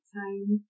time